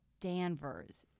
Danvers